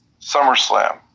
SummerSlam